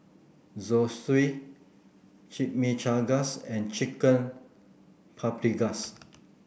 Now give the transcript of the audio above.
Zosui Chimichangas and Chicken Paprikas